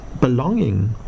belonging